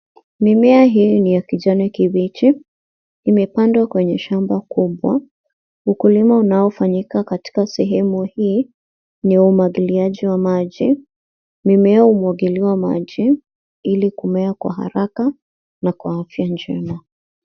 Mimea hii ni ya kijani kibichi . Imepandwa kwenye shamba kubwa. Ukulima unaofanyika katika sehemu hii ni wa umwagiliaji wa maji . Mimea humwagiliwa maji ili kumea kwa haraka na kwa afya njema.